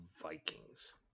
vikings